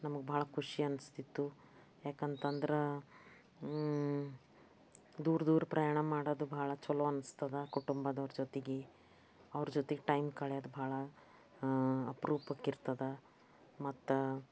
ನಮಗೆ ಭಾಳ ಖುಷಿ ಅನ್ನಿಸ್ತಿತ್ತು ಯಾಕಂತ ಅಂದ್ರೆ ದೂರ ದೂರ ಪ್ರಯಾಣ ಮಾಡೋದು ಬಹಳ ಛಲೋ ಅನ್ನಿಸ್ತದೆ ಕುಟುಂಬದವ್ರು ಜೊತೆಗೆ ಅವ್ರ ಜೊತೆಗೆ ಟೈಮ್ ಕಳ್ಯೋದು ಭಾಳ ಅಪ್ರೂಪಕ್ಕೆ ಇರ್ತದೆ ಮತ್ತು